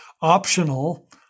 optional